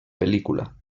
pel·lícula